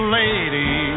lady